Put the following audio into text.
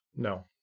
no